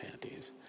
panties